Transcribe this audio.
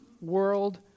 world